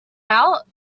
out